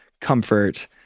comfort